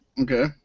Okay